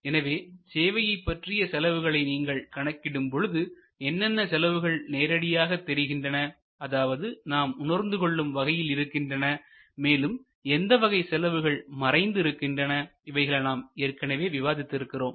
எனவே சேவையைப் பற்றிய செலவுகளை நீங்கள் கணக்கிடும் பொழுது என்னென்ன செலவுகள் நேரடியாக தெரிகின்றன அதாவது நாம் உணர்ந்து கொள்ளும் வகையில் இருக்கின்றன மேலும் எந்த வகை செலவுகள் மறைந்து இருக்கின்றன இவைகளை நாம் ஏற்கனவே விவாதித்து இருக்கிறோம்